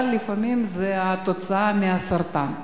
לפעמים כתוצאה מהסרטן,